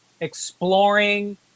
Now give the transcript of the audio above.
exploring